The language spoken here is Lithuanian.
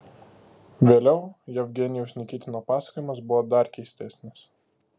vėliau jevgenijaus nikitino pasakojimas buvo dar keistesnis